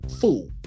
fool